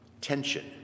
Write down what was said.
tension